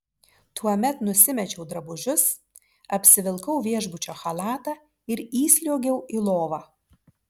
tuomet nusimečiau drabužius apsivilkau viešbučio chalatą ir įsliuogiau į lovą